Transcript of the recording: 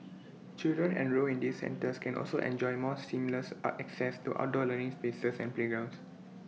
children enrolled in these centres can also enjoy more seamless are access to outdoor learning spaces and playgrounds